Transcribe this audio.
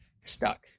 stuck